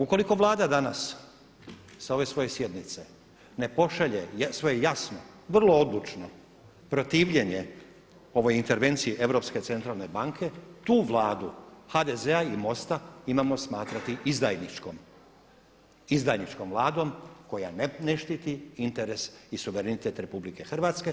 Ukoliko Vlada danas sa ove svoje sjednice ne pošalje svoje jasno vrlo odlučno protivljenje ovoj intervenciji Europske centralne banke, tu Vladu HDZ-a i MOST-a imamo smatrati izdajničkom, izdajničkom Vladom koja ne štiti interes i suverenitet RH.